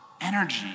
energy